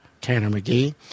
Tanner-McGee